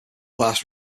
class